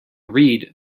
read